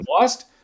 lost